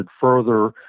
further